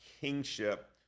kingship